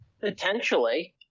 Potentially